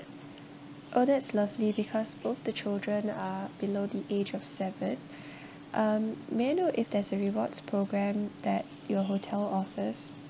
oh that's lovely because both the children are below the age of seven um may I know if there's a rewards program that your hotel offers